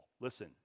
listen